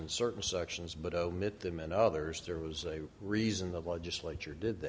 and certain sections but omit them and others there was a reason the legislature did